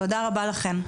תודה רבה לכם.